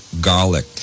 garlic